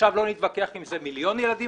ולא נתווכח עכשיו אם זה מיליון ילדים,